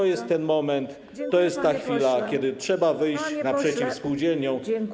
To jest ten moment, to jest ta chwila, kiedy trzeba wyjść naprzeciw spółdzielniom.